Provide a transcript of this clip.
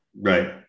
Right